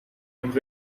and